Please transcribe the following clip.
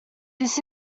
this